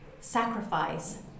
sacrifice